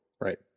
Right